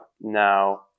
now